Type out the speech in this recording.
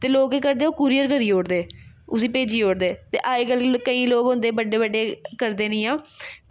ते लोग केह् करदे ओह् कूरियर करी ओड़दे उसी भेजी ओड़दे ते अज्ज कल केईं लोग होंदे बड्डे बड्डे करदे न इ'यां